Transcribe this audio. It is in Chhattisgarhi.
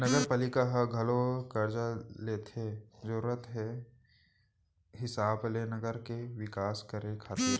नगरपालिका ह घलोक करजा लेथे जरुरत के हिसाब ले नगर के बिकास करे खातिर